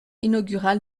inaugural